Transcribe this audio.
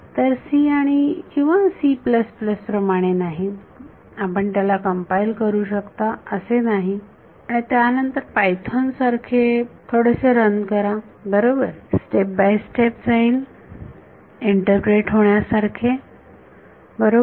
तर C किंवा C प्रमाणे नाही आपण त्याला कंपाईल करू शकता असे नाही आणि त्यानंतर पायथोन सारखे थोडेसे रन करा बरोबर स्टेप बाय स्टेप जाईल इंटरप्रेट होण्यासारखे बरोबर